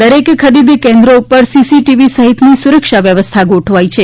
દરેક ખરીદ કેન્દ્રો ઉપર સીસીટીવી સહિતની સુરક્ષા વ્યવસ્થા ગોઠવાઇ છે